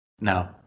no